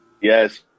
Yes